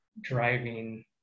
driving